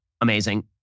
amazing